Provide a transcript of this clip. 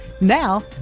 Now